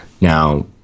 now